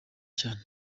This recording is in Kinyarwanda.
cyane